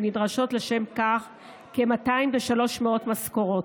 ונדרשות לשם כך כ-203 משכורות.